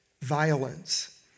violence